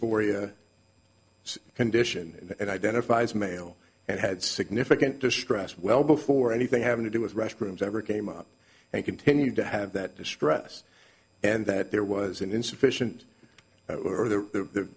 dysphoria condition and identifies male and had significant distress well before anything having to do with restrooms ever came out and continued to have that distress and that there was an insufficient are the